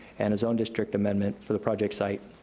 and a zone district amendment for the project site,